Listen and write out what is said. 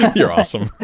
you're awesome.